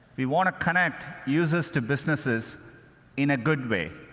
we want to connect users to businesses in a good way.